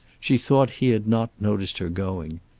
she thought he had not noticed her going.